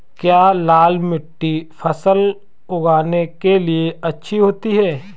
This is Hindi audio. क्या लाल मिट्टी फसल उगाने के लिए अच्छी होती है?